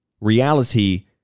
reality